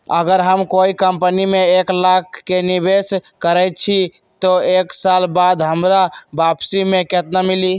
अगर हम कोई कंपनी में एक लाख के निवेस करईछी त एक साल बाद हमरा वापसी में केतना मिली?